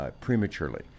prematurely